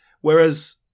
whereas